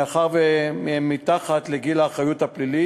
מאחר שהם מתחת לגיל האחריות הפלילית.